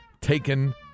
taken